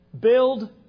Build